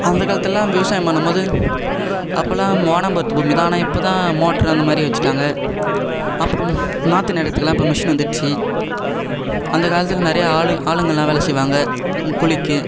அந்த காலத்துலெலாம் விவசாயம் பண்ணும் போது அப்போலாம் வானம் பார்த்த பூமி தான் ஆனால் இப்போ தான் மோட்ரு அந்தமாதிரி வச்சுட்டாங்க அப்புறம் நாற்று நடுறதுக்கெலாம் இப்போ மிஷின் வந்துடுச்சு அந்த காலத்தில் நிறையா ஆள் ஆளுங்களாம் வேலை செய்வாங்கள் குளிக்க